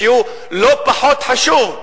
שהוא לא פחות חשוב,